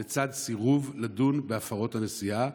לצד סירוב לדון בהפרות הנשיאה.